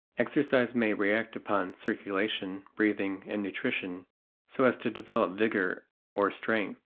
exercise may react upon circulation, breathing, and nutrition so as to develop vigor or strength,